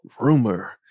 rumor